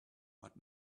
but